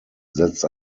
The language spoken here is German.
setzt